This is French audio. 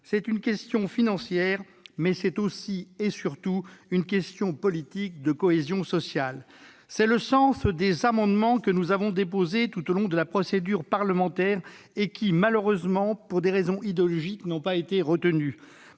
C'est une question financière, mais c'est aussi et surtout une question politique de cohésion sociale. Non ! Tel était le sens des amendements que nous avions déposés tout au long de la procédure parlementaire et qui, malheureusement, pour des raisons idéologiques, n'ont pas été retenus.